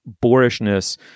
boorishness